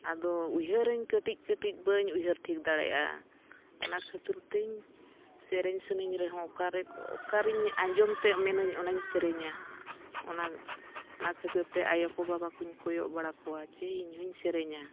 ᱟᱫᱚ ᱩᱭᱦᱟᱹᱨᱟᱹᱧ ᱠᱟᱹᱴᱤᱡ ᱠᱟᱹᱴᱤᱡ ᱵᱟᱹᱧ ᱩᱭᱦᱟᱹᱨ ᱴᱷᱤᱠ ᱫᱟᱲᱮᱭᱟᱜᱼᱟ ᱚᱱᱟ ᱠᱷᱟᱹᱛᱤᱨ ᱛᱤᱧ ᱥᱮᱨᱮᱧ ᱥᱟᱹᱱᱟᱹᱧ ᱨᱮᱦᱚᱸ ᱚᱠᱟᱨᱮ ᱚᱠᱟᱨᱤᱧ ᱟᱸᱡᱚᱢ ᱛᱮ ᱢᱮᱱᱟᱹᱧ ᱚᱱᱟᱧ ᱥᱮᱨᱮᱧᱟ ᱚᱱᱟ ᱚᱱᱟ ᱠᱷᱟᱹᱛᱤᱨ ᱛᱮ ᱟᱭᱳ ᱠᱚ ᱵᱟᱵᱟ ᱠᱚᱧ ᱠᱚᱭᱚᱜ ᱵᱟᱲᱟ ᱠᱚᱣᱟ ᱡᱮ ᱤᱧ ᱦᱚᱧ ᱥᱮᱨᱮᱧᱟ